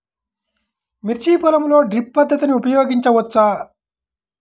మిర్చి పొలంలో డ్రిప్ పద్ధతిని ఉపయోగించవచ్చా?